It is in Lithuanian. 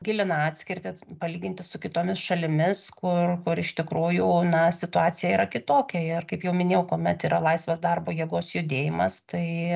gilina atskirtį palyginti su kitomis šalimis kur kur iš tikrųjų na situacija yra kitokia ir kaip jau minėjau kuomet yra laisvas darbo jėgos judėjimas tai